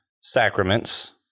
sacraments